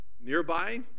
nearby